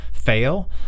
Fail